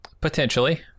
potentially